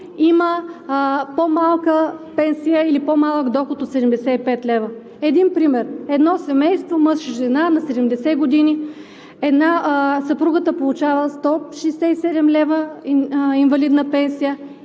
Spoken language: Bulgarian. има по-малка пенсия или по-малък доход от 75 лв. Един пример: едно семейство мъж и жена на 70 г. Съпругата получава 167 лв. инвалидна пенсия